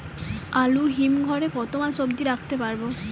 আলু হিম ঘরে কতো মাস অব্দি রাখতে পারবো?